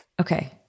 Okay